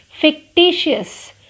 fictitious